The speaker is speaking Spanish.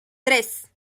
tres